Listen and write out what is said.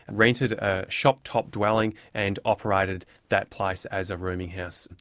rented a shop-top dwelling and operated that place as a rooming house.